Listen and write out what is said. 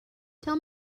tell